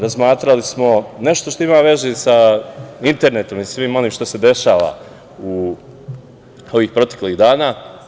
Razmatrali smo nešto što ima veze sa internetom i svim onim što se dešava proteklih dana.